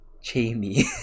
jamie